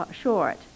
short